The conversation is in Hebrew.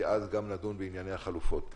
אז גם נדון בענייני החלופות.